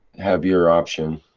have your option.